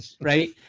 Right